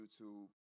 YouTube